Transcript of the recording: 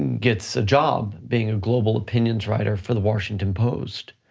gets a job being a global opinions writer for the washington post.